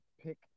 pick